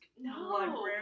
No